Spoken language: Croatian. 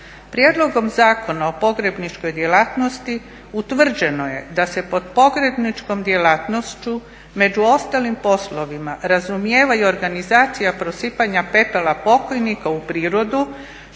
Prijedlogom Zakona o pogrebničkoj djelatnosti utvrđeno je da se pod pogrebničkom djelatnošću među ostalim poslovima razumijeva i organizacija prosipanja pepela pokojnika u prirodu